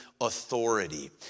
authority